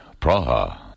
Praha